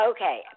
Okay